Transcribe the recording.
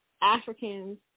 Africans